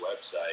website